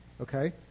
okay